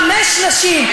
חמש נשים.